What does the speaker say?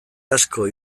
asko